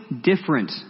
different